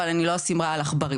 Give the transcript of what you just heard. אבל אני לא אשים רעל עכברים,